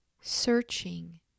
searching